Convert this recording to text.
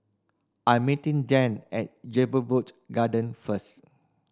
I'm meeting Dan at Jedburgh Garden first